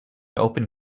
open